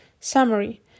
Summary